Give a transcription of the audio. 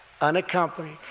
unaccompanied